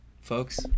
folks